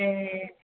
ए